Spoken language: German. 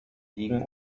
liegen